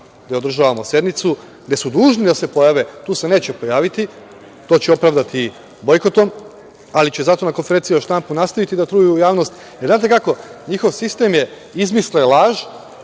gde održavamo sednicu, gde su dužni da se pojave. Tu se neće pojaviti, to će opravdati bojkotom, ali će zato na konferenciji za štampu nastaviti da truju javnost. Znate kako, njihov sistem je da izmisle laž,